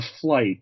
flight